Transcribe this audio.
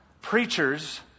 preachers